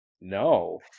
no